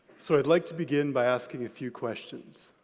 so and like to begin by asking a few questions.